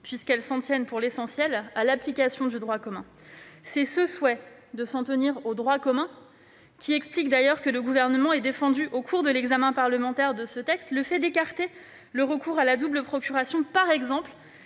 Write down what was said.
puisqu'elles s'en tiennent, pour l'essentiel, à l'application du droit commun. Ce souhait de s'en tenir au droit commun explique que le Gouvernement ait défendu, par exemple, au cours de l'examen parlementaire de ce texte, le fait d'écarter le recours à la double procuration. Il